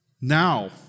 Now